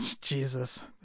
Jesus